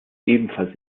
ebenfalls